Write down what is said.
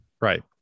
Right